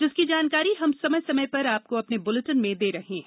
जिसकी जानकारी हम समय समय पर आपको अपने बुलेटिन में दे रहे हैं